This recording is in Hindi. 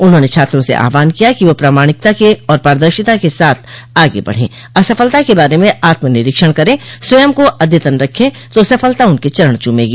उन्होंने छात्रों से आहवान किया कि वह प्रमाणिकता और पारदर्शिता के साथ आगे बढ़े असफलता के बारे में आत्मनिरीक्षण करे स्वयं को अद्यतन रखे तो सफलता उनके चरण चूमेंगी